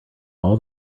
all